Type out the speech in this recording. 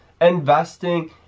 investing